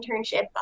internship